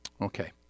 Okay